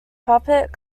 puppet